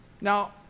Now